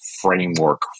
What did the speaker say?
Framework